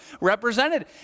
represented